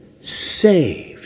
saved